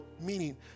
meaning